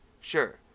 Sure